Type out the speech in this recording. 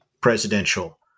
presidential